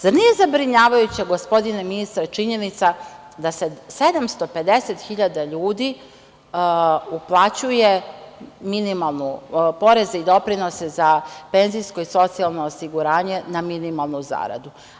Zar nije zabrinjavajuća, gospodine ministre, činjenica da 750.000 ljudi uplaćuje poreze i doprinose za penzijsko i socijalno osiguranje na minimalnu zaradu?